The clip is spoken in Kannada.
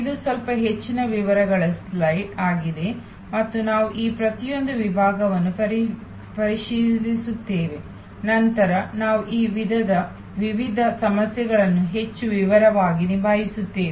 ಇದು ಸ್ವಲ್ಪ ಹೆಚ್ಚಿನ ವಿವರಗಳ ಸ್ಲೈಡ್ ಆಗಿದೆ ಮತ್ತು ನಾವು ಈ ಪ್ರತಿಯೊಂದು ವಿಭಾಗವನ್ನು ಪರಿಶೀಲಿಸುತ್ತೇವೆ ನಂತರ ನಾವು ಈ ವಿವಿಧ ಸಮಸ್ಯೆಗಳನ್ನು ಹೆಚ್ಚು ವಿವರವಾಗಿ ನಿಭಾಯಿಸುತ್ತೇವೆ